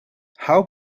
how